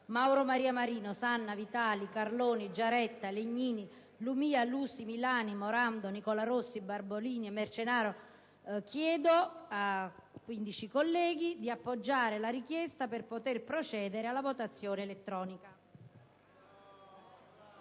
Mauro Maria Marino, Sanna, Vitali, Carloni, Giaretta, Legnini, Lumia, Lusi, Milana, Morando, Nicola Rossi, Barbolini e Marcenaro, chiedo a 15 colleghi di appoggiare la richiesta per poter procedere alla votazione elettronica.